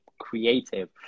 creative